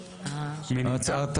רוב נגד, מיעוט ההצעה התקבלה.